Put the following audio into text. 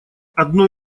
одно